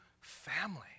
family